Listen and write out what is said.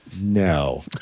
No